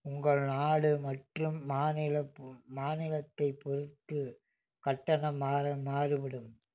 உங்கள் நாடு மற்றும் மாநில மாநிலத்தை பொறுத்து கட்டணம் மாற மாறுபடும்